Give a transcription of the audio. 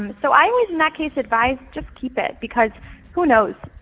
um so i always in that case advice just keep it, because who knows.